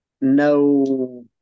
no